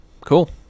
cool